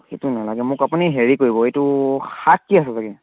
সেইটো নেলাগে মোক আপুনি হেৰি কৰিব এইটো শাক কি আছে ছাগ